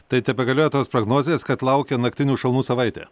tai tebegalioja tos prognozės kad laukia naktinių šalnų savaitė